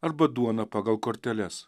arba duona pagal korteles